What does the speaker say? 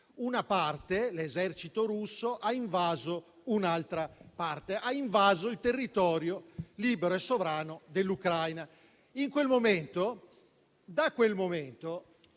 una parte, l'esercito russo, ha invaso un'altra parte, cioè il territorio libero e sovrano dell'Ucraina. Da quel momento la chiarezza